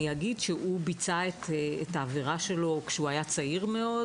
הוא ביצע את העבירה שלו כשהוא היה צעיר מאוד,